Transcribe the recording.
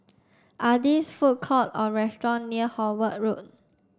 are these food court or restaurant near Howard Road